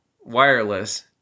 Wireless